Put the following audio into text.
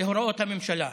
להוראות הממשלה.